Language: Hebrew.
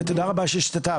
תודה רבה שהשתתפת.